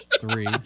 three